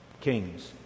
kings